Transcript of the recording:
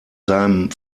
seinem